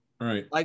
right